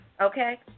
okay